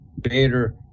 Bader